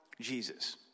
Jesus